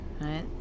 right